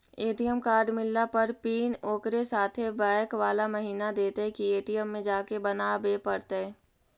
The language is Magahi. ए.टी.एम कार्ड मिलला पर पिन ओकरे साथे बैक बाला महिना देतै कि ए.टी.एम में जाके बना बे पड़तै?